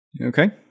Okay